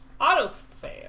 Auto-fail